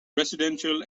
residential